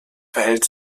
verhält